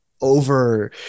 over